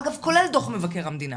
אגב, כולל דו"ח מבקר המדינה,